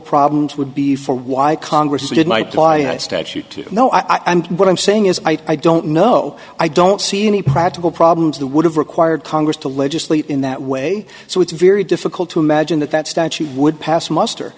problems would be for why congress would might by statute you know i am what i'm saying is i don't know i don't see any practical problems the would have required congress to legislate in that way so it's very difficult to imagine that that statute would pass muster